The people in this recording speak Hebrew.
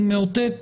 אני מאותת